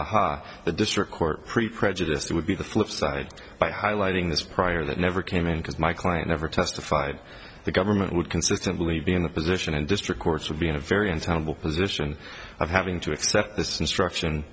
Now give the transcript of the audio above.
that the district court prepared to this would be the flip side by highlighting this prior that never came in because my client never testified the government would consistently be in a position and district courts would be in a very unsuitable position of having to accept this instruction